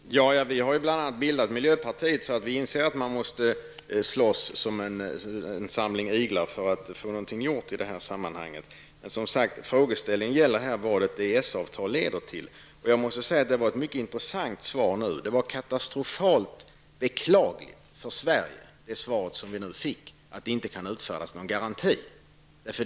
Herr talman! Vi har bl.a. bildat miljöpartiet för att vi inser att man måste slåss som en samling iglar för att få något gjort i det här sammanhanget. Men frågeställningen gäller vad ett EES-avtal leder till. Jag måste säga att det var ett mycket intressant svar som miljöministern nu gav. Det svar som vi nu fick, att det inte kan utfärdas någon garanti, var katastrofalt beklagligt för Sverige.